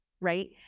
Right